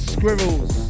Squirrels